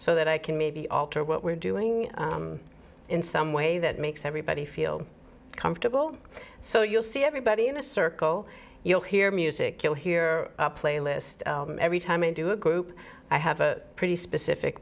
so that i can maybe alter what we're doing in some way that makes everybody feel comfortable so you'll see everybody in a circle you'll hear music you'll hear a playlist every time i do a group i have a pretty specific